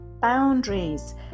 boundaries